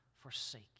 forsake